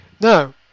Now